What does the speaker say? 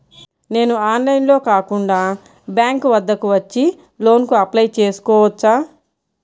నేను ఆన్లైన్లో కాకుండా బ్యాంక్ వద్దకు వచ్చి లోన్ కు అప్లై చేసుకోవచ్చా?